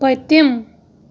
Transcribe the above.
پٔتِم